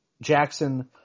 Jackson